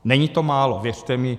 Není to málo, věřte mi.